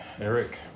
Eric